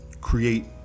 create